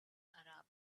arab